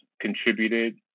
contributed